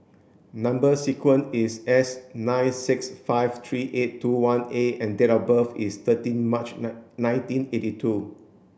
number sequence is S nine six five three eight two one A and date of birth is thirteen March nine nineteen eighty two